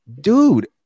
dude